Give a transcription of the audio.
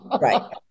Right